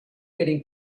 getting